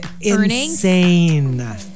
insane